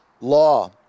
law